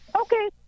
okay